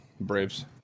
Braves